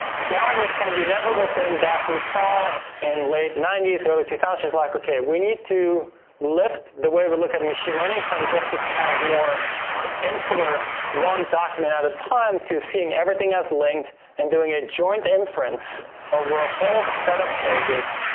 that was kind of the inevitable thing daphne saw in late ninety s, early two thousand s, she's like okay, we need to lift the way we look at machine learning from just this kind of more insular one document at a time to seeing everything as linked and doing a joint inference over a whole set of pages,